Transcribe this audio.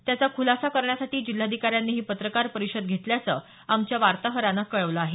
त्याचा खुलासा करण्यासाठी जिल्हाधिकाऱ्यांनी ही पत्रकार परिषद घेतल्याचं आमच्या वार्ताहरानं कळवलं आहे